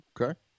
Okay